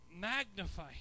magnify